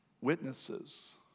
witnesses